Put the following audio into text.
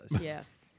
Yes